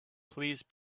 please